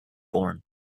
born